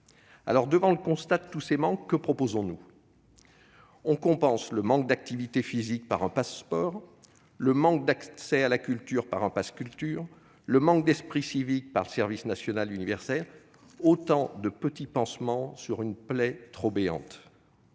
Devant le constat de tous ces manques, que proposons-nous ? On compense le manque d'activité physique par un Pass'Sport, le manque d'accès à la culture par un pass Culture, le manque d'esprit civique par un service national universel, etc. Autant de petits pansements sur une plaie trop béante